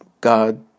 God